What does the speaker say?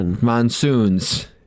monsoons